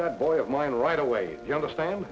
that boy of mine right away you understand